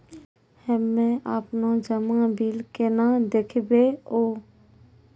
हम्मे आपनौ जमा बिल केना देखबैओ?